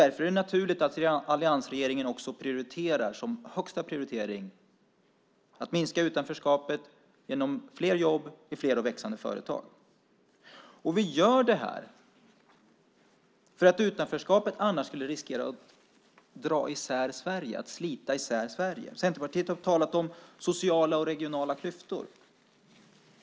Därför är det naturligt att alliansregeringens högsta prioritering också är att minska utanförskapet genom fler jobb i fler och växande företag. Vi gör detta därför att annars skulle utanförskapet riskera att slita isär Sverige. Centerpartiet har talat om sociala och regionala klyftor.